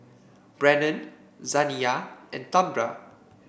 Brennon Zaniyah and Tambra